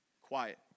Quiet